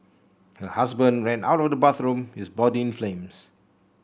her husband ran out of the bathroom his body in flames